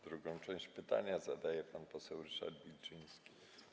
Drugą część pytania zadaje pan poseł Ryszard Wilczyński.